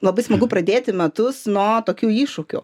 labai smagu pradėti metus nuo tokių iššūkių